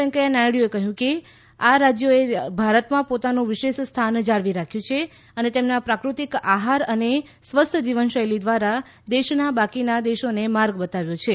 વેંકૈયા નાયડુએ કહ્યું કે આ રાજ્યોએ ભારતમાં પોતાનું વિશેષ સ્થાન જાળવી રાખ્યું છે અને તેમના પ્રાકૃતિક આહાર અને સ્વસ્થ જીવનશૈલી દ્વારા દેશના બાકીના દેશો ને માર્ગ બતાવ્યો છે